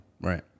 right